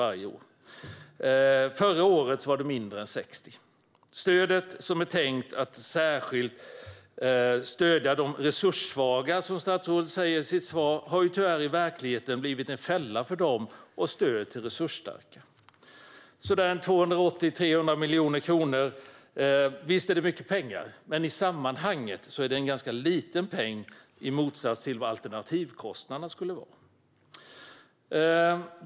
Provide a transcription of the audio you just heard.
Förra året beviljades det mindre än 60 ansökningar. Stödet som är tänkt att stödja de resurssvaga, som statsrådet säger i sitt svar, har i verkligenheten tyvärr blivit en fälla för dem och stöd för de resursstarka. Stödet uppgår till 280-300 miljoner kronor. Visst är det mycket pengar, men i sammanhanget är det en ganska liten peng i motsats till vad alternativkostnaderna skulle uppgå till.